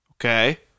Okay